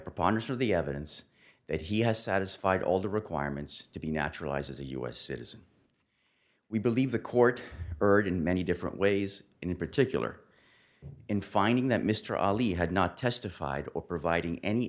preponderance of the evidence that he has satisfied all the requirements to be naturalized as a u s citizen we believe the court heard in many different ways and in particular in finding that mr ali had not testified or providing any